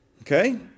Okay